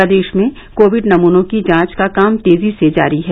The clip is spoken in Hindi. प्रदेश में कोविड नमूनों की जांच का काम तेजी से जारी है